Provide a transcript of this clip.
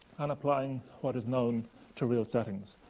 and applying what is known to real settings.